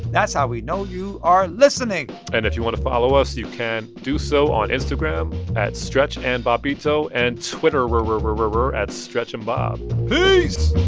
that's how we know you are listening and if you want to follow us, you can do so on instagram at stretchandbobbito and twitter-er-er-er at stretchandbob peace